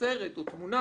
סרט או תמונה